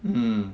mm